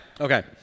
Okay